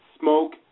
Smoke